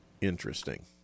interesting